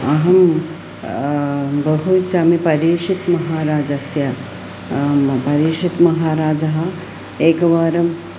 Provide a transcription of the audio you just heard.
अहं बहु इच्छामि परीक्षितः महाराजस्य परीक्षितः महाराजः एकवारं